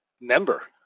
member